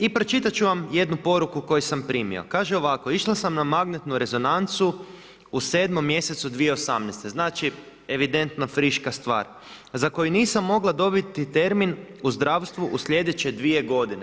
I pročitati ću vam jednu poruku koju sam primio, kaže ovako: Išla sam na magnetnu rezonancu u 7. mjesecu 2018., znači evidentno friška stvar, za koju nisam mogla dobiti termin u zdravstvu u sljedeće 2 godine.